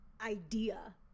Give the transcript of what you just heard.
idea